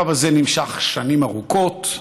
הקו הזה נמשך שנים ארוכות.